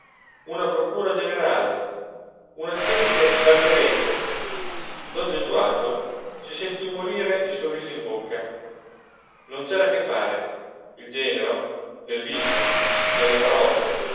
una procura generale una specie d alter ego don gesualdo si sentì morire il sorriso in bocca non c'era che fare il genero nel viso nelle parole